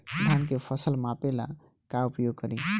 धान के फ़सल मापे ला का उपयोग करी?